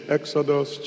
Exodus